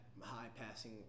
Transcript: high-passing